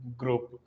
group